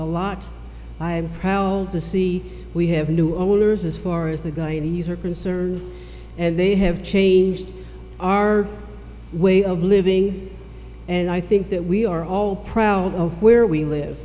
a lot i'm proud to see we have new owners as far as the guy these are concerned and they have changed our way of living and i think that we are all proud of where we live